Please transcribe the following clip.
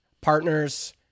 partners